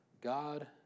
God